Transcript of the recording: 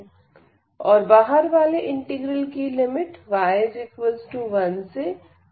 और बाहर वाले इंटीग्रल की लिमिट y 1 से y 4 है